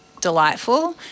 delightful